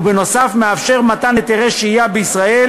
ונוסף על כך מאפשר מתן היתרי שהייה בישראל